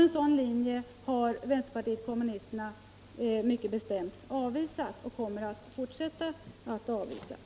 En sådan linje har vänsterpartiet kommunisterna mycket bestämt avvisat och kommer att avvisa också i fortsättningen.